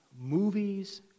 movies